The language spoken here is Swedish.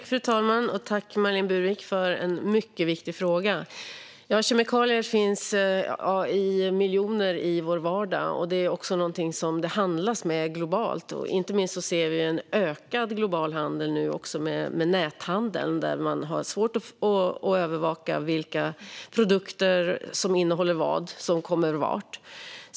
Fru talman! Jag tackar Marlene Burwick för en mycket viktig fråga. Det finns miljoner kemikalier i vår vardag, och det handlas med kemikalier globalt. Inte minst ser vi nu en ökad global handel i och med näthandeln, där man har svårt att övervaka vad olika produkter innehåller och varifrån de kommer.